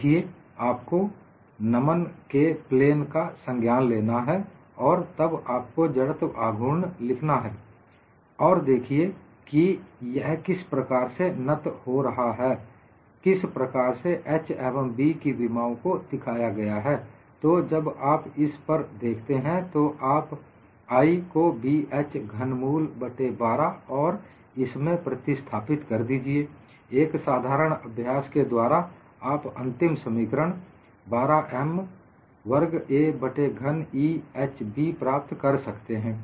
देखिए आपको नमन के प्लेन का संज्ञान लेना है और तब आपको जड़त्व आघूर्ण लिखना है और देखिए कि यह किस प्रकार से नत हो रहा है किस प्रकार से h एवं B की विमाओं को दिखाया गया है तो जब आप इस पर देखते हैं तो आप 'I' को h B घनमूल बट्टे 12 और इसे इसमें प्रतिस्थापित कर दीजिए एक साधारण अभ्यास के द्वारा आप अंतिम समीकरण 12 M वर्ग a बट्टे घन Eh B प्राप्त कर सकते हैं